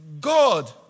God